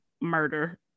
murder